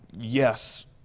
yes